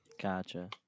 Gotcha